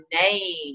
name